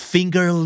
Finger